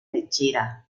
lechera